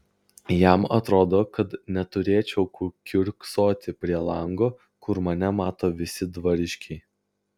jam atrodo kad neturėčiau kiurksoti prie lango kur mane mato visi dvariškiai